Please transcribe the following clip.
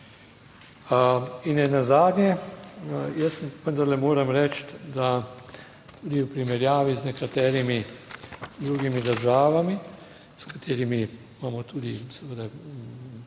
In nenazadnje jaz vendarle moram reči, da tudi v primerjavi z nekaterimi drugimi državami s katerimi imamo tudi seveda